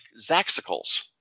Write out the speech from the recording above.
Zaxicles